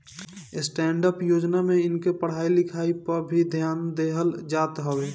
stand up योजना में इनके पढ़ाई लिखाई पअ भी ध्यान देहल जात हवे